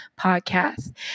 Podcast